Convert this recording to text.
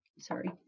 sorry